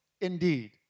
Indeed